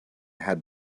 had